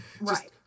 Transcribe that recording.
Right